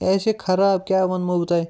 یہِ چھُ خَراب کیاہ وَنوو بہٕ تۄہہِ